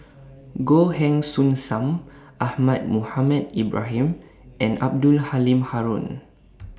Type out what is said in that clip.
Goh Heng Soon SAM Ahmad Mohamed Ibrahim and Abdul Halim Haron